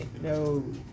no